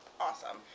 awesome